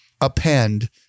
append